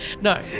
No